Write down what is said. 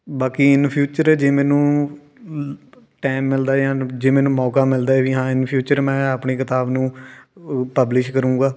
ਬਾਕੀ in future ਜੇ ਮੈਨੂੰ ਟਾਈਮ ਮਿਲਦਾ ਜਾਂ ਜੇ ਮੈਨੂੰ ਮੌਕਾ ਮਿਲਦਾ ਵੀ ਹਾਂ ਇਨ ਫਿਊਚਰ ਮੈਂ ਆਪਣੀ ਕਿਤਾਬ ਨੂੰ ਪਬਲਿਸ਼ ਕਰੂੰਗਾ